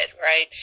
right